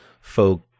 folk